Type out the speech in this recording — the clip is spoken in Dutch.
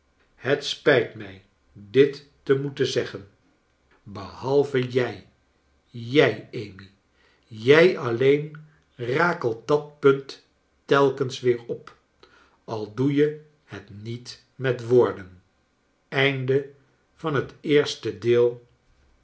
het spijt mij dit te mocten zeggen kleine dorrit behalve jij jij amy jij alleen rakelt dat punt telkens weer op al doe je het niet met woorden